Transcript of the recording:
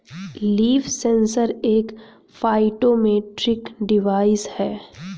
leaf sensor एक phytometric device है